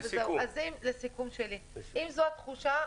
אם זו התחושה,